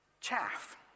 Chaff